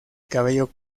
cabello